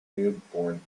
newborn